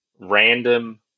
random